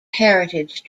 heritage